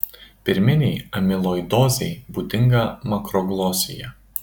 pirminei amiloidozei būdinga makroglosija